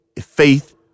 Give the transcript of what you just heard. faith